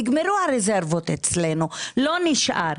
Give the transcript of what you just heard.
נגמרו הרזרבות אצלנו, לא נשאר.